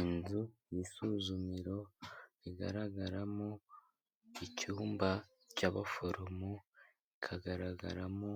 Inzu y'isuzumiro igaragaramo icyumba cy'abaforomo, ikagaragaramo